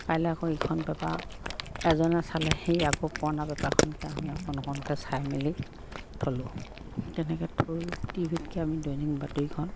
কাইলৈ আকৌ ইখন পেপাৰ এজনে চালে সেই আকৌ পুৰণা পেপাৰখনকে আমি অকণ অকণকৈ চাই মেলি থলোঁ তেনেকৈ থৈ টি ভি তকৈ আমি দৈনিক বাতৰিখন